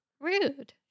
Rude